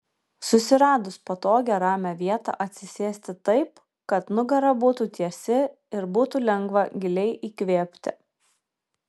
susiradus patogią ramią vietą atsisėsti taip kad nugara būtų tiesi ir būtų lengva giliai įkvėpti